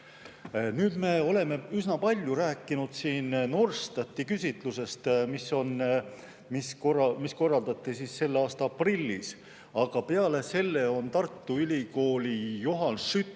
Me oleme üsna palju rääkinud siin Norstati küsitlusest, mis korraldati selle aasta aprillis, aga peale selle on Tartu Ülikooli Johan Skytte